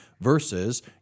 Versus